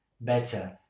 better